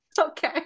okay